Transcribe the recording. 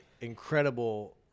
incredible